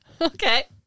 okay